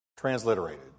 transliterated